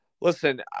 listen